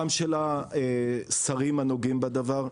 גם של השרים הנוגעים בדבר,